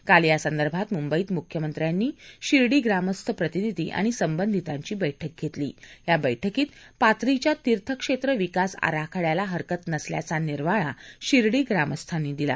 काल यासंदर्भात मुंबईत मुख्यमंत्र्यानी शिर्डी ग्रामस्थ प्रतिनिधी आणि संबंधितांची बक्क घेतली या बक्कीत पाथरीच्या तीर्थक्षेत्र विकास आराखड्याला हरकत नसल्याचा निर्वाळा शिर्डी ग्रामस्थांनी दिला